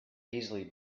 easily